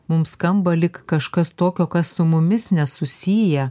mums skamba lyg kažkas tokio kas su mumis nesusiję